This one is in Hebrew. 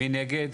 נגד,